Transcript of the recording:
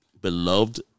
beloved